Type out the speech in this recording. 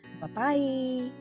Bye-bye